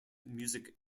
music